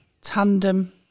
Tandem